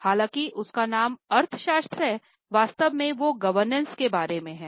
हालांकि उसका नाम अर्थ शास्त्र हैं वास्तव में वो गवर्नेंस के बारे में है